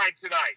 tonight